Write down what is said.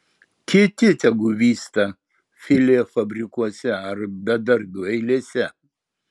kiti tegu vysta filė fabrikuose ar bedarbių eilėse